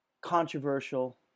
controversial